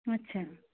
আচ্ছা